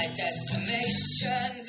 decimation